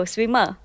Swimmer